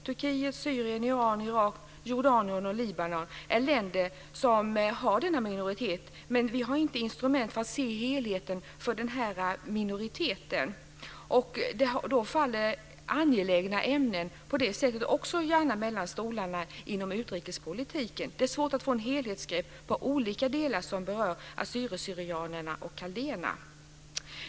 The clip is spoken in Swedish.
Turkiet, Syrien, Iran, Irak, Jordanien och Libanon är länder som har denna minoritet, men vi har inga instrument för att se helheten för den här minoriteten. På det sättet faller angelägna ämnen gärna mellan stolarna inom utrikespolitiken. Det är svårt att få ett helhetsgrepp på olika delar som berör assyrier/syrianer och kaldéerna.